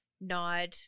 nod